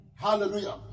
Hallelujah